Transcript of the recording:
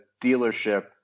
dealership